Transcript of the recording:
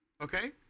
Okay